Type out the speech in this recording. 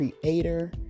creator